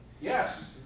Yes